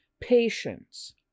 patience